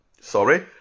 sorry